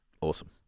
Awesome